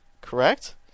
correct